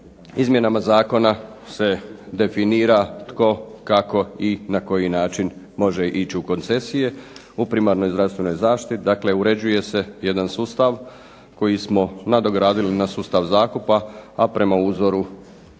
izmjenama zakona se definira tko, kako i na koji način može ići u koncesije u primarnoj zdravstvenoj zaštiti, dakle uređuje se jedan sustav koji smo nadogradili na sustav zakupa, a prema uzoru